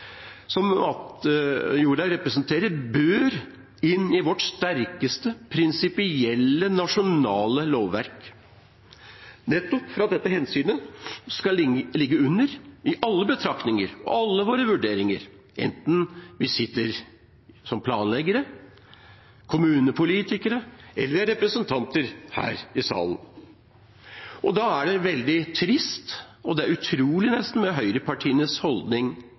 at en sånn ressurs som matjorda representerer, bør inn i vårt sterkeste prinsipielle nasjonale lovverk – nettopp for at dette hensynet skal ligge under alle våre betraktninger og vurderinger, enten vi sitter som planleggere, kommunepolitikere eller representanter her i salen. Da er det veldig trist, nesten utrolig, å høre høyrepartienes holdning